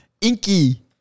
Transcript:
Inky